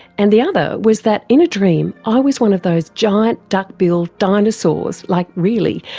and the other was that in a dream i was one of those giant duck-billed dinosaurs, like really.